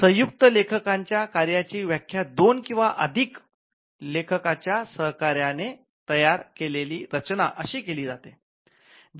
संयुक्त लेखकांच्या कार्याची व्याख्या दोन किंवा अधिक लेखकांच्या सहकार्याने तयार केलेली रचना अशी केली जाते